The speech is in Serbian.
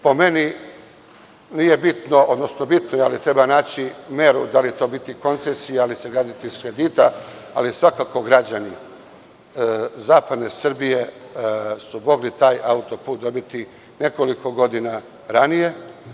Po meni nije bitno, odnosno bitno je, ali treba naći meru, da li će to biti koncesija, da li će se graditi iz kredita, ali svakako građani zapadne Srbije su mogli taj auto put dobiti nekoliko godina ranije.